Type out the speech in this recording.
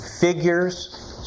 figures